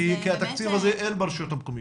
כי התקציב הזה אין ברשויות המקומיות.